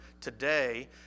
today